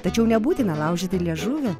tačiau nebūtina laužyti liežuvio